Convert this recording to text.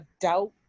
doubt